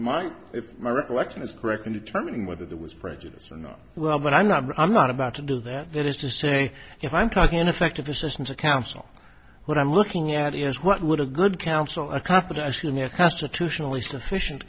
my my recollection is correct in determining whether there was prejudice or not well but i'm not i'm not about to do that that is to say if i'm talking ineffective assistance of counsel what i'm looking at is what would a good counsel a capital actually a constitutionally sufficient